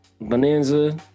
Bonanza